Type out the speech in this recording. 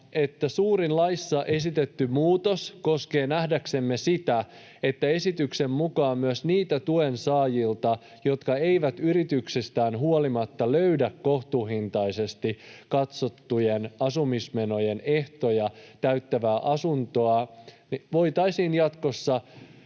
”Suurin laissa esitetty muutos koskee nähdäksemme sitä, että esityksen mukaan myös niiltä tuensaajilta, jotka eivät yrityksistään huolimatta löydä kohtuuhintaiseksi katsottujen asumismenojen ehtoja täyttävää asuntoa, voitaisiin jatkossa